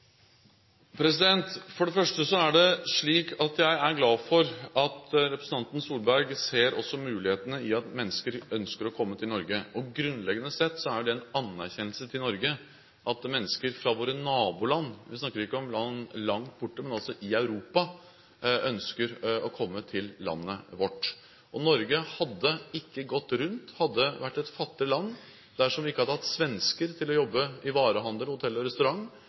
For det første er det slik at jeg er glad for at representanten Solberg også ser mulighetene i at mennesker ønsker å komme til Norge. Grunnleggende sett er det en anerkjennelse til Norge at mennesker fra våre naboland – vi snakker ikke om land langt borte, men altså i Europa – ønsker å komme til landet vårt. Norge hadde ikke gått rundt og hadde vært et fattig land dersom vi ikke hadde hatt svensker til å jobbe i varehandel, hotell og restaurant,